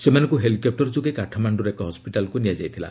ସେମାନଙ୍କୁ ହେଲିକପୁର ଯୋଗେ କାଠମାଣ୍ଡୁର ଏକ ହସ୍ୱିଟାଲକୁ ନିଆଯାଇଥିଲା